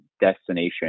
destination